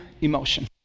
emotion